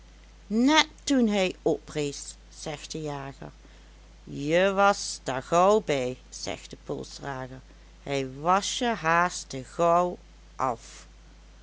trekken net toen hij oprees zegt de jager je was der gouw bij zegt de polsdrager hij was je haast te gouw of